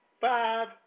five